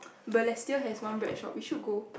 Balestier has one bread shop we should go